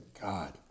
God